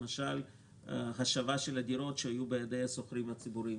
למשל השבה של הדירות שהיו בידי השוכרים הציבוריים.